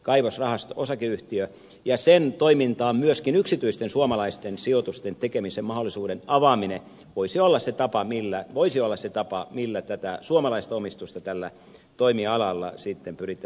kaivosrahasto osakeyhtiön perustaminen ja sen toimintaan myöskin yksityisten suomalaisten sijoitusten tekemisen mahdollisuuden avaaminen voisi olla se tapa millä voisi olla se tapa millä suomalaista omistusta tällä toimialalla pyrittäisiin edistämään